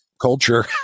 culture